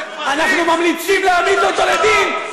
אנחנו ממליצים להעמיד אותו לדין,